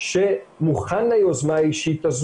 תהיה הצעת חוק שמתכללת את הנושא הזה,